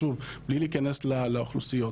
בלי להיכנס לאוכלוסיות.